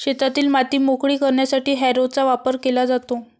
शेतातील माती मोकळी करण्यासाठी हॅरोचा वापर केला जातो